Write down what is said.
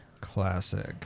Classic